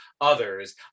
others